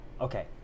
okay